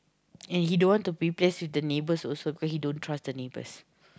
and he don't want to be place with the neighbors also because he don't trust the neighbors